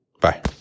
Bye